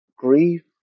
Grief